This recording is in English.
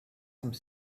some